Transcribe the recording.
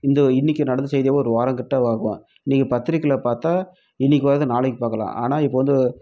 இந்த இன்னிக்கு நடந்த செய்தியே ஒரு வாரம் கிட்ட ஆகும் இன்னிக்கு பத்திரிகையில பார்த்தா இன்னிக்கு வரதை நாளைக்கு பார்க்கலாம் ஆனால் இப்போ வந்து